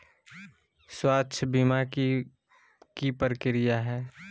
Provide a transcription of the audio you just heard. स्वास्थ बीमा के की प्रक्रिया है?